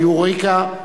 ה"יוריקה",